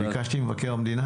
ביקשתי ממבקר המדינה,